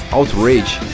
Outrage